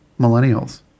millennials